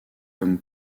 comme